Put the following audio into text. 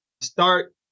start